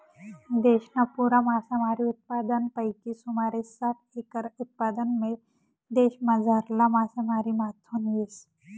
देशना पुरा मासामारी उत्पादनपैकी सुमारे साठ एकर उत्पादन देशमझारला मासामारीमाथून येस